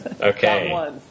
Okay